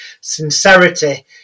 sincerity